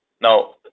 Now